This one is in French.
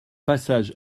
passage